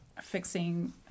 fixing